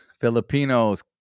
Filipinos